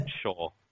sure